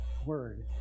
word